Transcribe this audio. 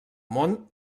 món